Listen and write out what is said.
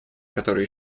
который